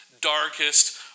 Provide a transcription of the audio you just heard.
darkest